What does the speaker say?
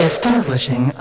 Establishing